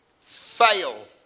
fail